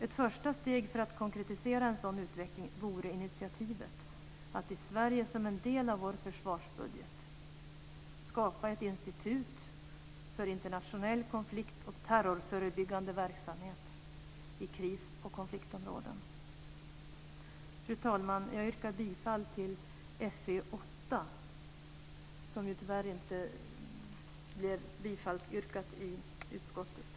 Ett första steg för att konkretisera en sådan utveckling vore initiativet att i Sverige som en del av vår försvarsbudget skapa ett institut för internationell konfliktoch terrorförebyggande verksamhet i kris och konfliktområden. Fru talman! Jag yrkar bifall till motion Fö8, som tyvärr inte blev bifallsyrkad i utskottet.